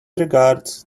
regards